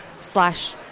slash